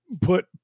put